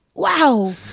wow!